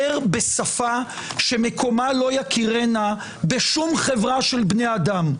בשפה שמקומה לא יכירנה בשום חברה של בני אדם,